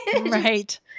Right